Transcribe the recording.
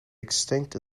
extinct